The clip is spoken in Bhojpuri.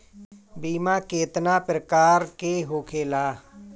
बीमा केतना प्रकार के होखे ला?